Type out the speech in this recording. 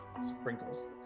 Sprinkles